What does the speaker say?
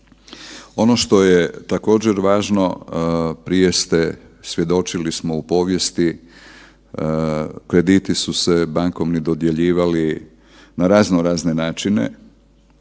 Ono što je također važno prije ste svjedočili smo u povijesti krediti su se bankovni dodjeljivali na raznorazne načine